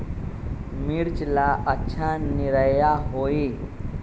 मिर्च ला अच्छा निरैया होई?